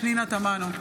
פנינה תמנו,